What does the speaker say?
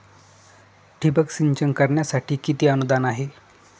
ठिबक सिंचन करण्यासाठी किती अनुदान आहे?